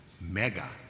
mega